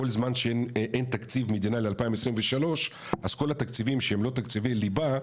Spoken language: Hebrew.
כל זמן שאין תקציב מדינה ל-2023 אז כל התקציבים שהם לא תקציבי ליבה,